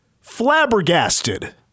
Flabbergasted